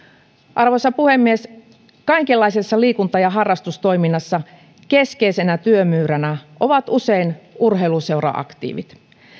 arvoisa puhemies kaikenlaisessa liikunta ja harrastustoiminnassa keskeisinä työmyyrinä ovat usein urheiluseura aktiivit